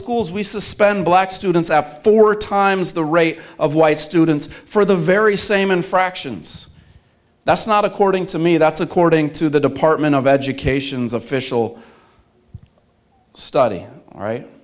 schools we suspend black students at four times the rate of white students for the very same infractions that's not according to me that's according to the department of education's official study